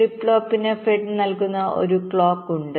flip ഫ്ലോപ്പിന് fed നൽകുന്ന ഒരു ക്ലോക്ക് ഉണ്ട്